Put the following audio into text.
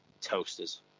Toasters